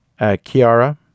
Kiara